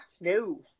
No